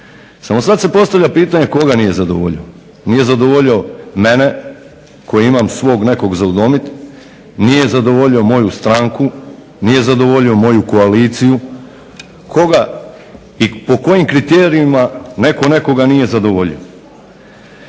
Samo sada se postavlja pitanje koga nije zadovoljio? Nije zadovoljio mene koji imam svog nekog za udomiti, nije zadovoljio moju stranku, nije zadovoljio moju koaliciju. Koga i po kojim kriterijima netko nekoga nije zadovoljio?